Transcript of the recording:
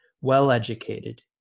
well-educated